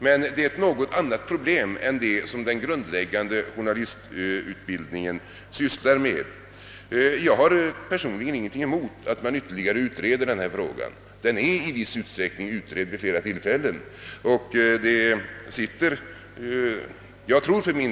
Men det är ett något annat problem än dem som den grundläggande journalistutbildningen sysslar med. Personligen har jag ingenting emot att denna fråga utredes ytterligare. Den är delvis utredd redan vid flera tillfällen.